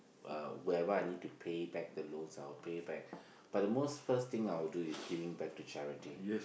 uh wherever I need to pay back the loans I will pay back but the most first thing I will do is giving back to charity